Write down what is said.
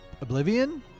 Oblivion